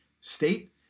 state